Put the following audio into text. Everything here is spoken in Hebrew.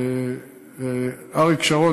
אריק שרון,